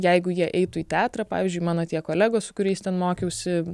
jeigu jie eitų į teatrą pavyzdžiui mano tie kolegos su kuriais ten mokiausi